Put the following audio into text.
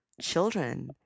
children